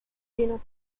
peanut